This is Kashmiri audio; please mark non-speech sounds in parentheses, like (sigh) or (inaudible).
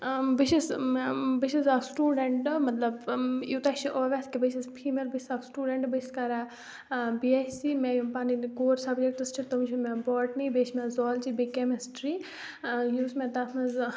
بہٕ چھَس بہٕ چھَس اَکھ سٹوٗڈنٛٹ مطلب یوٗتاہ چھِ (unintelligible) کہِ بہٕ چھَس فیٖمیل بہٕ چھَس اَکھ سٹوٗڈںٛٹ بہٕ چھَس کَران بی اٮ۪س سی مےٚ یِم پَنٕنۍ کور سَبجکٹٕس چھِ تِم چھِ مےٚ باٹنی بیٚیہِ چھِ مےٚ زالجی بیٚیہِ کٮ۪مِسٹِرٛی یُس مےٚ تَتھ منٛز